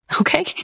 Okay